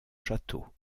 château